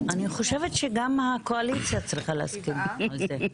אני חושבת שגם הקואליציה צריכה להסכים על זה.